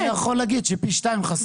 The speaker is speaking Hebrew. אני יכול להגיד שפי 2 חסר.